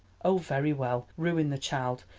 oh, very well, ruin the child.